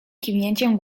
kiwnięciem